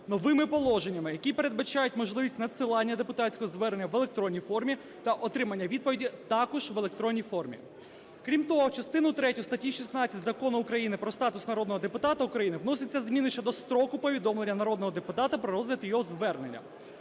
новими положеннями, які передбачають можливість надсилання депутатського звернення в електронній формі та отримання відповіді також в електронній формі. Крім того, в частину третю статті 16 Закону України "Про статус народного депутата України" вносяться зміни щодо строку повідомлення народного депутата про розгляд його звернення.